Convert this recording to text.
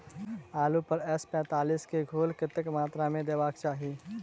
आलु पर एम पैंतालीस केँ घोल कतेक मात्रा मे देबाक चाहि?